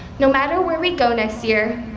no matter where we go next year,